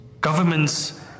Governments